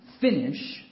finish